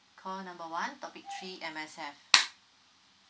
call number one topic three M_S_F